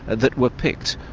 that were picked,